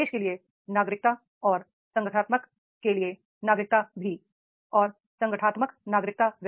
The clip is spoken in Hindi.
देश के लिए नागरिकता और संगठनात्मक के लिए नागरिकता भी